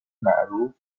معروف